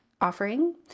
offering